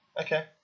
Okay